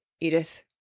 Edith